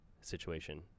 situation